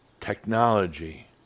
technology